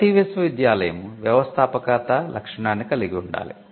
ప్రతీ విశ్వవిద్యాలయం 'వ్యవస్థాపకత' లక్షణాన్ని కలిగి ఉండాలి